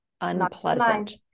unpleasant